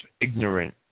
ignorant